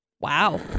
Wow